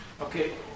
okay